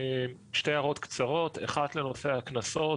שתי הערות קצרות: אחת לנושא הקנסות,